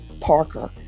Parker